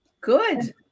Good